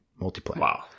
multiplayer